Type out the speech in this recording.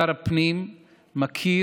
שר הפנים מכיר,